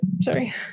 sorry